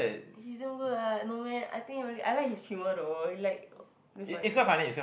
he's damn good ah no meh I think only I like his humour though he like very funny